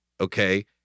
Okay